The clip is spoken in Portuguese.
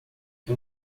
que